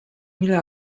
mile